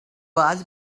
was